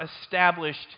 established